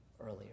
earlier